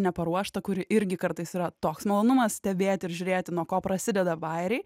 neparuoštą kuri irgi kartais yra toks malonumas stebėti ir žiūrėti nuo ko prasideda bajeriai